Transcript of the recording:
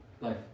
life